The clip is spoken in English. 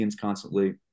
constantly